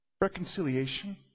reconciliation